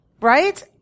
right